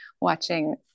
watching